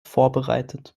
vorbereitet